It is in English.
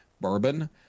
bourbon